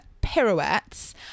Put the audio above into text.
pirouettes